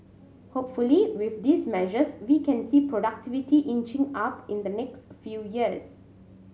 hopefully with these measures we can see productivity inching up in the next few years